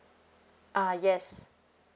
uh yes